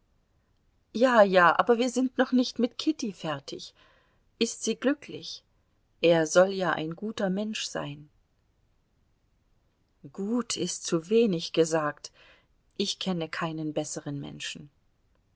ja ja aber wir sind noch nicht mit kitty fertig ist sie glücklich er soll ja ein guter mensch sein gut ist zuwenig gesagt ich kenne keinen besseren menschen